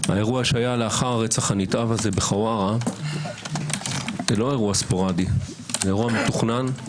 האירוע שהיה לאחר הרצח הנתעב הזה בחווארה אינו ספורדי אלא אירוע מתוכנן.